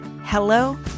Hello